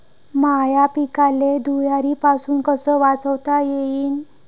माह्या पिकाले धुयारीपासुन कस वाचवता येईन?